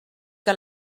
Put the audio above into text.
que